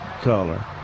color